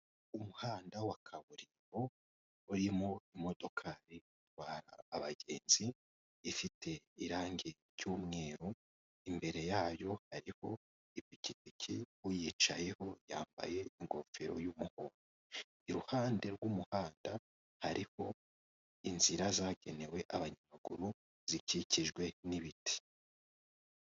Umuhanda wa kaburimbo urimo imodoka itwara abagenzi ifite irangi ry'umweru, imbere yayo ariko ipikipike uyicayeho yambaye ingofero y'umuhondo iruhande rw'umuhanda hariho inzira zagenewe abanyamaguru zikikijwe n'ibiti.